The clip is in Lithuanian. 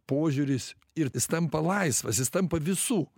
požiūris ir jis tampa laisvas jis tampa visų